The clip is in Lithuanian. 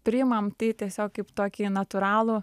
priimam tai tiesiog kaip tokį natūralų